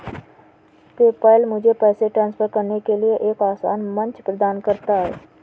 PayPal मुझे पैसे transfer करने के लिए एक आसान मंच प्रदान करता है